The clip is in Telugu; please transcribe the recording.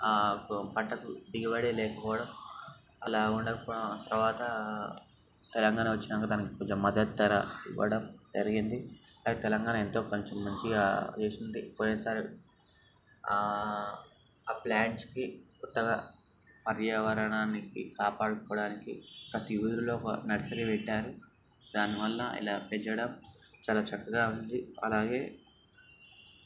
పంటకు దిగబడే లేకపోవడం అలా ఉండకపోవడం తరువాత తెలంగాణ వచ్చాక దానికి కొంచెం మద్దతు దర ఇవ్వడం జరిగింది తెలంగాణ ఎంతో మంచిగా చేసింది పోయినసారి ఆ ప్లాంట్స్కి క్రొత్తగా పర్యావరణానికి కాపాడుకోవడానికి ప్రతీ ఊరిలో ఒక నర్సరీ పెట్టారు దానివల్ల ఇలా పెంచడం చాలా చక్కగా ఉంది అలాగే